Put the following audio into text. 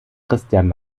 christian